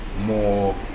more